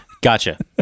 Gotcha